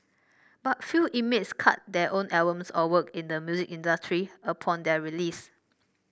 but few inmates cut their own albums or work in the music industry upon their release